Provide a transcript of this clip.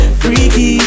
freaky